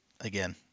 Again